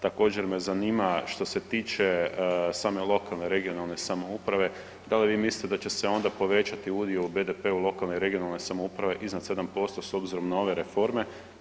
Također me zanima što se tiče same lokalne i regionalne samouprave, da li vi mislite da će se onda povećati udio u BDP-u lokalne i regionalne samouprave iznad 7% s obzirom na ove reforme?